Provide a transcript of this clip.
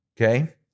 Okay